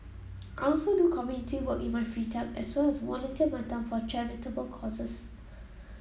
I also do community work in my free time as well as volunteer my time for charitable causes